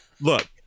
Look